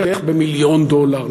בערך במיליון דולר,